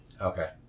Okay